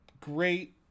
great